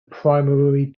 primary